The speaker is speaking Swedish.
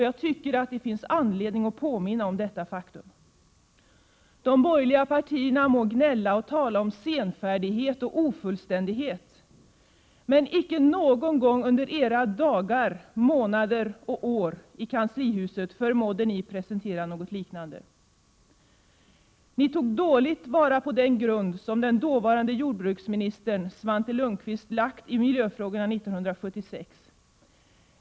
Jag tycker att det finns anledning att påminna om detta faktum. De borgerliga partierna må gnälla, och tala om senfärdighet och ofullständighet. Men icke någon gång under era dagar, månader och år i kanslihuset förmådde ni presentera något liknande. Ni tog dåligt vara på den grund som dåvarande jordbruksminister Svante Lundkvist hade lagt i miljöfrågan 1976.